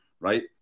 right